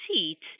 seats